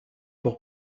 pour